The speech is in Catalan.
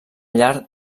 llar